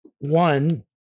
One